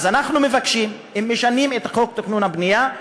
אז אנחנו מבקשים: אם משנים את חוק התכנון והבנייה,